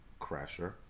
crasher